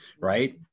right